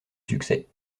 succès